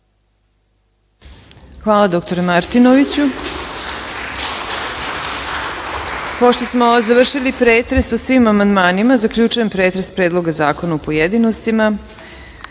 Hvala dr Martinoviću. Pošto smo završili pretres o svim amandmanima, zaključujem pretres Predloga zakona u pojedinostima. Narodna